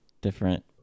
...different